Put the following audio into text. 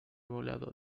volado